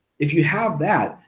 if you have that,